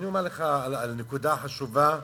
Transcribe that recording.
אני אומר לך על נקודה חשובה,